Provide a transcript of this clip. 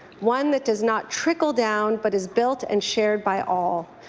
one that does not trickle down but is built and shared by all.